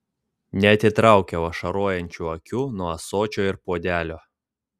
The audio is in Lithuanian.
neatitraukiau ašarojančių akių nuo ąsočio ir puodelio